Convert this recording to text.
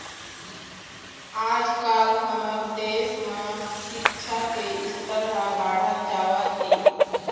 आजकाल हमर देश म सिक्छा के स्तर ह बाढ़त जावत हे